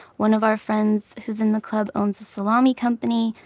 one of our friends who's in the club owns a salami company,